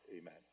amen